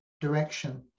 direction